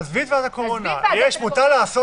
אם אתה יוצא עם קבוצה אתה לא מפעיל מקום.